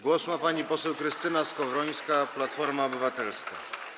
Głos ma pani poseł Krystyna Skowrońska, Platforma Obywatelska.